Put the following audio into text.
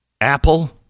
Apple